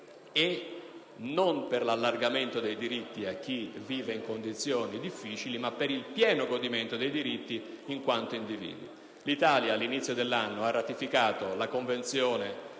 e non per l'allargamento dei diritti di chi vive in condizioni difficili, ma per il pieno godimento dei diritti in quanto individui. L'Italia all'inizio dell'anno ha ratificato la Convenzione